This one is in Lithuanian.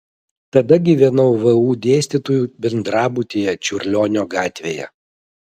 tada gyvenau vu dėstytojų bendrabutyje čiurlionio gatvėje